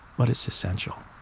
but it's essential